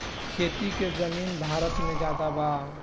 खेती के जमीन भारत मे ज्यादे बा